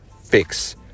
fix